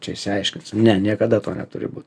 čia išsiaiškins ne niekada to neturi būt